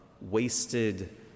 wasted